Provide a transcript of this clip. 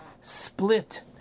split